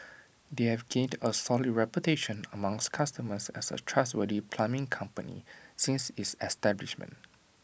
they have gained A solid reputation amongst customers as A trustworthy plumbing company since its establishment